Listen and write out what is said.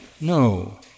no